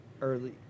Early